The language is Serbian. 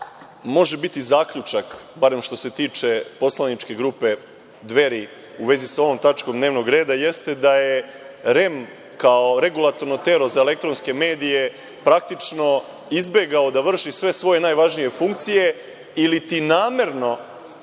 može biti zaključak, barem što se tiče poslaničke grupe Dveri u vezi sa ovom tačkom dnevnog reda jeste da je REM, kao Regulatorno telo za elektronske medije, praktično izbegao da vrši sve svoje najvažnije funkcije iliti namerno